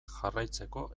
jarraitzeko